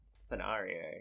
scenario